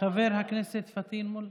חבר הכנסת פטין מולא.